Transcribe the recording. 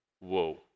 whoa